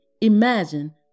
imagine